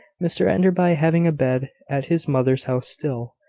mr enderby having a bed at his mother's house still,